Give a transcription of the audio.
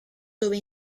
dove